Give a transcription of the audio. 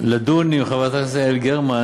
לדון עם חברת הכנסת יעל גרמן,